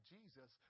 Jesus